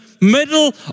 middle